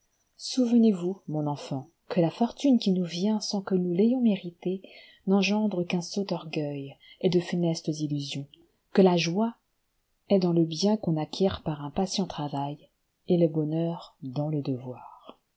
souvenez-vous mon enfant que la fortune qui nous vient sans que nous l'ayons méritée n'engendre qu'un sot orgueil et de funestes illusions que la joie est dans le bien qu'on acquiert par un patient travail et le bonheur dans le devoir